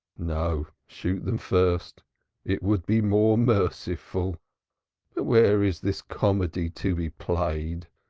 no, shoot them first it would be more merciful. but where is this comedy to be played?